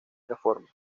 reforma